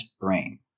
brain